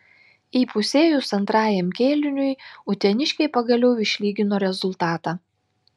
įpusėjus antrajam kėliniui uteniškiai pagaliau išlygino rezultatą